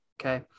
Okay